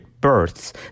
births